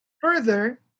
Further